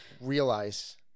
realize